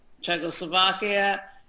Czechoslovakia